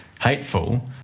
hateful